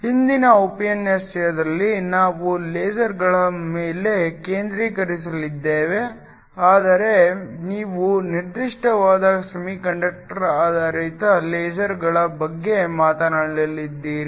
ಇಂದಿನ ಉಪನ್ಯಾಸದಲ್ಲಿ ನಾವು ಲೇಸರ್ಗಳ ಮೇಲೆ ಕೇಂದ್ರೀಕರಿಸಲಿದ್ದೇವೆ ಆದರೆ ನೀವು ನಿರ್ದಿಷ್ಟವಾಗಿ ಸೆಮಿಕಂಡಕ್ಟರ್ ಆಧಾರಿತ ಲೇಸರ್ಗಳ ಬಗ್ಗೆ ಮಾತನಾಡಲಿದ್ದೀರಿ